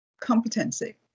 competency